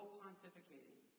pontificating